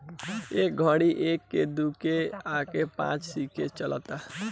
ए घड़ी एक के, दू के आ पांच के सिक्का चलता